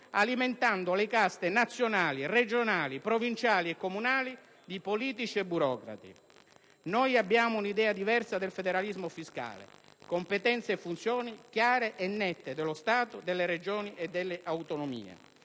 alimentando le caste nazionali, regionali, provinciali e comunali di politici e burocrati. Noi abbiamo un'idea diversa del federalismo fiscale: competenze e funzioni chiare e nette dello Stato, delle Regioni e delle autonomie;